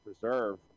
preserve